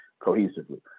cohesively